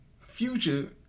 future